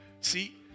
See